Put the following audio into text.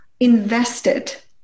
invested